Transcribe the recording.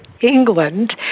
England